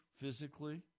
physically